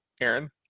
Aaron